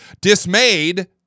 dismayed